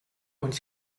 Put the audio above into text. und